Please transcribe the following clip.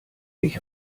ich